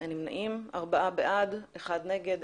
אין נמנעים, ארבעה בעד, אחד נגד.